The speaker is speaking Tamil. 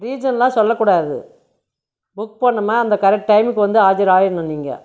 ரீசனெலாம் சொல்லக்கூடாது புக் பண்ணோமா அந்த கரெக்ட் டைமுக்கு வந்து ஆஜர் ஆகிடணும் நீங்கள்